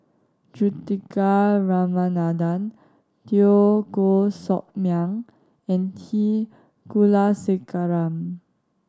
Juthika Ramanathan Teo Koh Sock Miang and T Kulasekaram